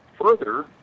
Further